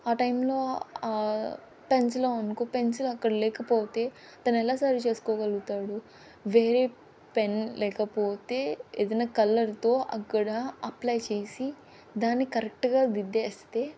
ఆ టైంలో పెన్సిలో అనుకో పెన్సిల్ అక్కడ లేకపోతే తన ఎలా సరి చేసుకోగలుగుతాడు వేరే పెన్ లేకపోతే ఏదైనా కలర్తో అక్కడ అప్లై చేసి దాన్ని కరెక్ట్గా దిద్దేస్తే